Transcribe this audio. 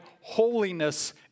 holiness